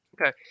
Okay